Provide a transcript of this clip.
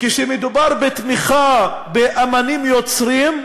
כשמדובר בתמיכה באמנים יוצרים,